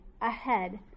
ahead